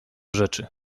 rzeczy